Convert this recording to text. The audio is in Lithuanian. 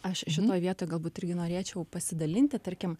aš šitoj vietoj galbūt irgi norėčiau pasidalinti tarkim